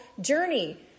journey